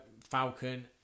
Falcon